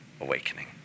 awakening